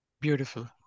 Beautiful